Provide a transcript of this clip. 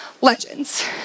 legends